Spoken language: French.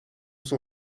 son